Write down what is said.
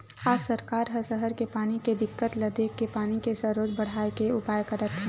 आज सरकार ह सहर के पानी के दिक्कत ल देखके पानी के सरोत बड़हाए के उपाय करत हे